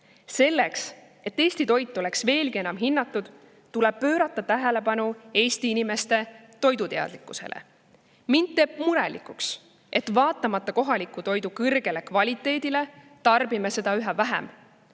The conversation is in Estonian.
Selleks, et Eesti toit oleks veelgi enam hinnatud, tuleb pöörata tähelepanu Eesti inimeste toiduteadlikkusele. Mind teeb murelikuks, et vaatamata kohaliku toidu kõrgele kvaliteedile tarbime seda üha vähem.